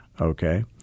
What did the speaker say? Okay